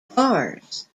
bars